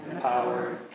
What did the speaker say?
power